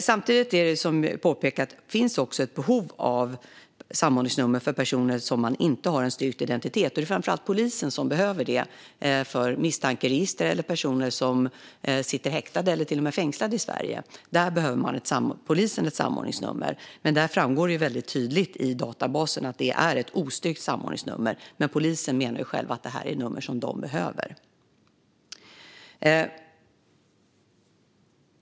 Samtidigt finns det, som jag har påpekat, ett behov av samordningsnummer för personer som inte har en styrkt identitet. Det är framför allt polisen som behöver det för misstankeregister eller för personer som sitter häktade eller till och med fängslade i Sverige. Där behöver polisen ett samordningsnummer. Men det framgår väldigt tydligt i databasen att det är ett ostyrkt samordningsnummer. Polisen menar själv att det är nummer som de behöver.